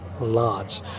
large